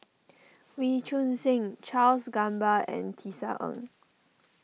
Wee Choon Seng Charles Gamba and Tisa Ng